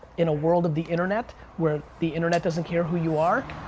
in a world of the internet where the internet doesn't care who you are.